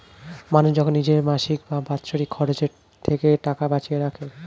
মানুষ যখন নিজের মাসিক বা বাৎসরিক খরচের থেকে টাকা বাঁচিয়ে রাখে